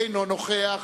אינו נוכח.